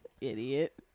Idiot